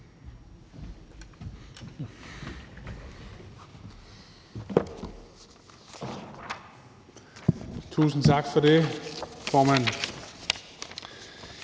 Tusind tak for det, formand.